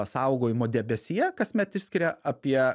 saugojimo debesyje kasmet išsiskiria apie